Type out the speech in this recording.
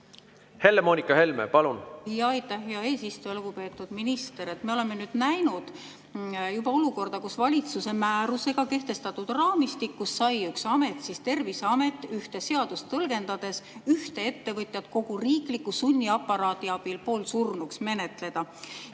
Helle-Moonika Helme, palun! Aitäh, hea eesistuja! Lugupeetud minister! Me oleme näinud juba olukorda, kus valitsuse määrusega kehtestatud raamistikus sai üks amet – Terviseamet – ühte seadust tõlgendades ühte ettevõtjat kogu riikliku sunniaparaadi abil poolsurnuks menetleda.